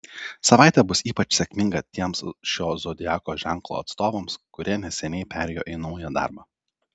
savaitė bus ypač sėkminga tiems šio zodiako ženklo atstovams kurie neseniai perėjo į naują darbą